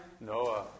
Noah